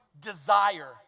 desire